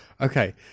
Okay